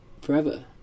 forever